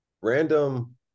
Random